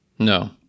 No